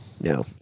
No